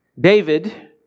David